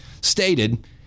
stated